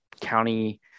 County